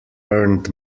earned